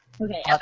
Okay